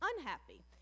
unhappy